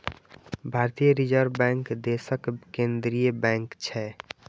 भारतीय reserve bank देशक केंद्रीय बैंक छियै